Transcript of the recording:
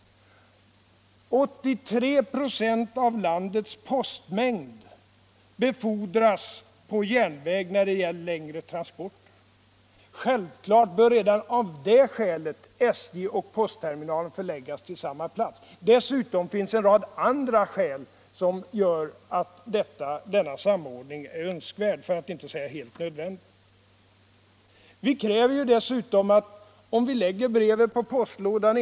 83 26 av landets postmängd när det gäller längre transporter befordras på järnväg. Självfallet bör redan av det skälet SJ och postterminaler förläggas till samma plats. Dessutom finns en rad andra faktorer som gör att en sådan samordning är önskvärd för att inte säga helt nödvändig. Vi kräver att breven skall vara framme dagen efter det att de lagts på postlådan.